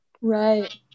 right